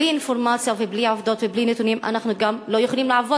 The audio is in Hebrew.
בלי אינפורמציה ובלתי עובדות ובלי נתונים אנחנו גם לא יכולים לעבוד,